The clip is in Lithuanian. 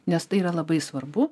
nes tai yra labai svarbu